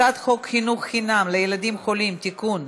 הצעת חוק חינוך חינם לילדים חולים (תיקון,